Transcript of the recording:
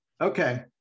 okay